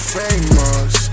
famous